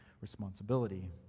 responsibility